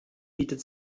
bietet